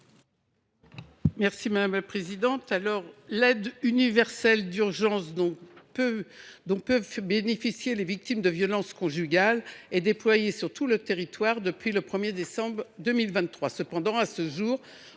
Mme Raymonde Poncet Monge. L’aide universelle d’urgence dont peuvent bénéficier les victimes de violences conjugales est déployée sur tout le territoire depuis le 1 décembre 2023. Cependant, à ce jour,